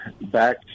back